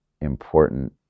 important